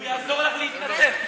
הוא יעזור לך להתנצל.